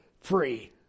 Free